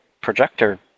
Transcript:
projector